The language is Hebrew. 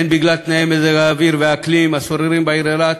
הן בגלל תנאי מזג האוויר והאקלים השוררים בעיר אילת,